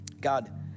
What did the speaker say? God